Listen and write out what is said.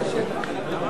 אני לא היושב-ראש.